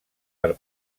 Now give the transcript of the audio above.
per